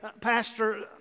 Pastor